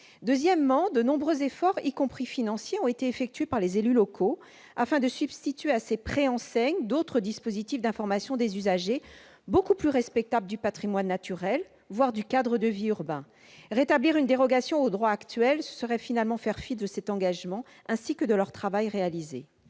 Deuxièmement, de nombreux efforts, y compris financiers, ont été effectués par les élus locaux afin de substituer à ces préenseignes d'autres dispositifs d'information des usagers, beaucoup plus respectables du patrimoine naturel, voire du cadre de vie urbain. Rétablir une dérogation au droit actuel serait finalement faire fi de cet engagement, ainsi que du travail réalisé.